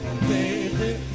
Baby